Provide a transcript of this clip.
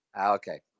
Okay